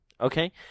Okay